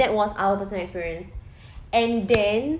that was our personal experience and then